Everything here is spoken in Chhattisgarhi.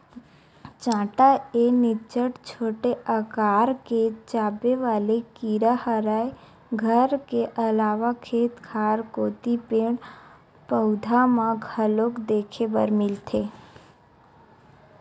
चाटा ए निच्चट छोटे अकार के चाबे वाले कीरा हरय घर के अलावा खेत खार कोती पेड़, पउधा म घलोक देखे बर मिलथे